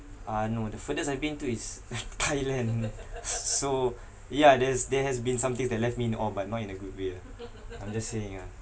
uh no the furthest I've been to is thailand s~ so yeah there's there has been some things that left me in awe but not in a good way ah I'm just saying ah